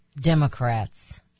Democrats